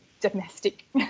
domestic